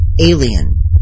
alien